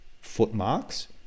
footmarks